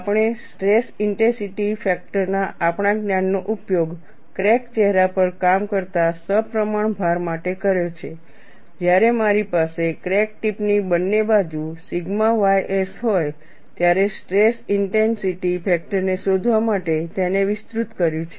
આપણે stress intensity ફેક્ટરના આપણા જ્ઞાનનો ઉપયોગ ક્રેક ચહેરા પર કામ કરતા સપ્રમાણ ભાર માટે કર્યો છે જ્યારે મારી પાસે ક્રેક ટીપ ની બંને બાજુ સિગ્મા ys હોય ત્યારે સ્ટ્રેસ ઇન્ટેન્સિટી ફેક્ટરને શોધવા માટે તેને વિસ્તૃત કર્યું છે